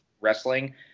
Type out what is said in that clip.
wrestling